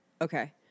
okay